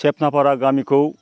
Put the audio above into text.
सेबनाफारा गामिखौ